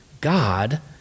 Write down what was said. God